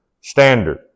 Standard